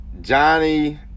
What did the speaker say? Johnny